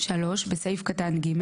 (3) בסעיף קטן (ג),